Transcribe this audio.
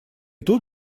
тут